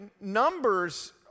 numbers